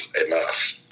enough